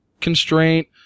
constraint